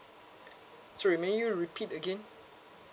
sorry may you repeat again